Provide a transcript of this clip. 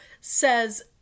says